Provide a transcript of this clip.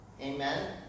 Amen